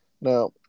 Now